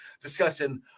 discussing